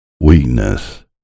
Weakness